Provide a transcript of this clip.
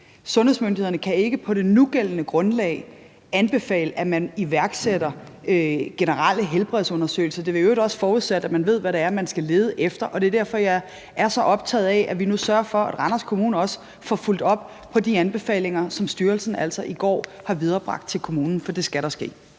Sundhedsmyndighederne kan ikke på det nugældende grundlag anbefale, at man iværksætter generelle helbredsundersøgelser. Det ville i øvrigt også forudsætte, at man ved, hvad det er, man skal lede efter, og det er derfor, at jeg er så optaget af, at vi nu sørger for, at Randers Kommune også får fulgt op på de anbefalinger, som styrelsen altså i går har viderebragt til kommunen. For det skal der ske.